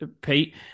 Pete